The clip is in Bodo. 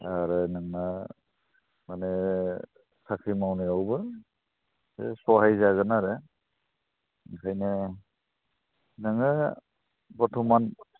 आरो नोंना माने साख्रि मावनायावबो एसे सहाय जागोन आरो बेखायनो नोङो बर्तमान